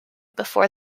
before